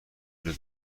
دنیا